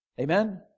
Amen